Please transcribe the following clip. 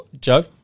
Joe